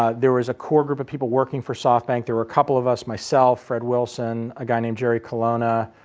ah there was a core group of people working for softbank, there were couple of us, myself, fred wilson, a guy named jerry colonna,